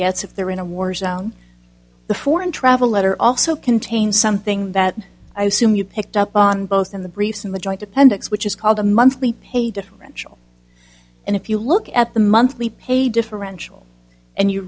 gets if they're in a war zone the foreign travel letter also contains something that i assume you picked up on both in the briefs in the joint appendix which is called a monthly pay differential and if you look at the monthly pay differential and you